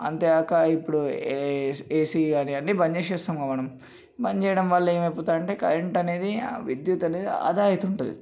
అంతేగాక ఇప్పుడు AC AC కానీ అన్నీ బంద్ చేసేస్తాము మనం బంద్ చేయడం వల్ల ఏమైపోతుందంటే కరెంట్ అనేది విద్యుత్ అనేది ఆదా అవుతుంటుంది